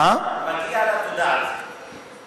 מגיע לה תודה על זה.